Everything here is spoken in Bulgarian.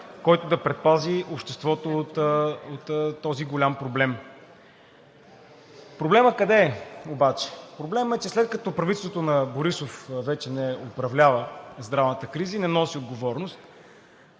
който да предпази обществото от този голям проблем. Проблемът къде е обаче? Проблемът е, че след като правителството на Борисов вече не управлява здравната криза и не носи отговорност,